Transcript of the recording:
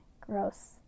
Gross